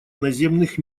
наземных